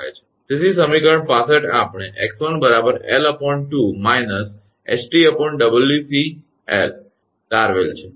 તેથી સમીકરણ 65 આપણે 𝑥1 𝐿 2 − ℎ𝑇 𝑊𝑒𝐿 તારવેલ છે